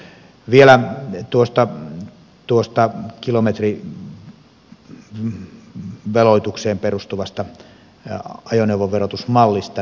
vielä tuosta kilometriveloitukseen perustuvasta ajoneuvoverotusmallista